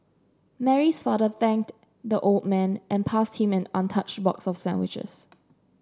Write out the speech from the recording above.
Mary's father thanked the old man and passed him an untouched box for sandwiches